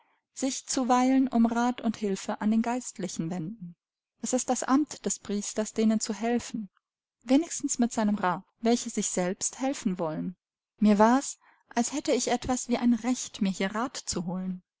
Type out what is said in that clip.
sich zuweilen um rat und hilfe an den geistlichen wenden es ist das amt des priesters denen zu helfen wenigstens mit seinem rat welche sich selbst helfen wollen mir war's als hätte ich etwas wie ein recht mir hier rat zu holen